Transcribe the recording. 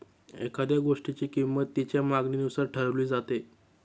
एखाद्या गोष्टीची किंमत तिच्या मागणीनुसार ठरवली जाते